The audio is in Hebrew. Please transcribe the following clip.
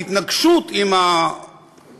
להתנגש עם הסביבה,